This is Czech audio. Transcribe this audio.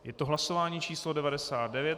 Je to hlasování číslo 99.